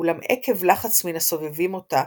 אולם עקב לחץ מן הסובבים אותה